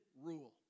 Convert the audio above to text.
rule